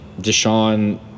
Deshaun